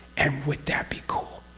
and would that be cool?